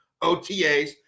OTAs